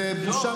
זו בושה.